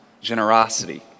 generosity